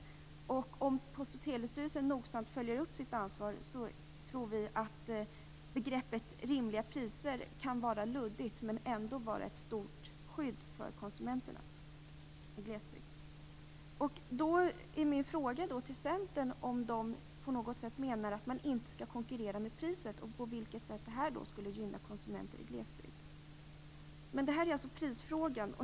Begreppet "rimliga priser" kan vara luddigt, men om Post och telestyrelsen nogsamt följer upp sitt ansvar kan det ändå vara ett starkt skydd för konsumenterna i glesbygden. Då är min fråga till Centern om man menar att det inte skall vara någon priskonkurrens. På vilket sätt skulle detta gynna konsumenter i glesbygden?